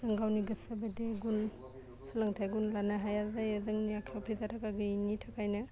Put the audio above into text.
गावनि गोसो बायदि गुन सोलोंथाइ गुन लानो हाया जायो जोंनिआथ' फैसा थाखा गैयैनि थाखायनो